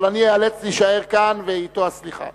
אבל אני איאלץ להישאר כאן, ואתו הסליחה.